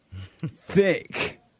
thick